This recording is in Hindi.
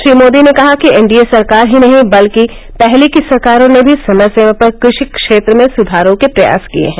श्री मोदी ने कहा कि एनडीए सरकार ही नहीं बल्कि पहले की सरकारों ने भी समय समय पर कृषि क्षेत्र में सुधारों के प्रयास किए हैं